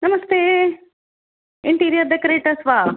नमस्ते interior decorators वा